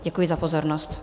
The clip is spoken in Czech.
Děkuji za pozornost.